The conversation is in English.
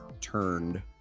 turned